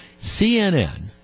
CNN